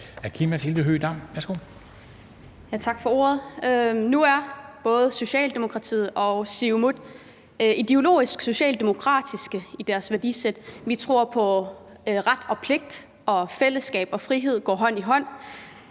Tak for ordet. Nu er både Socialdemokratiet og Siumut ideologisk socialdemokratiske i deres værdisæt. Vi tror på ret og pligt, og at fællesskab og frihed går hånd i hånd,